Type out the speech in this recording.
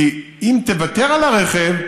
כי אם תוותר על הרכב,